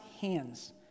hands